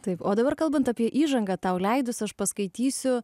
taip o dabar kalbant apie įžangą tau leidus aš paskaitysiu